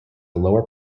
lower